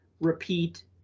repeat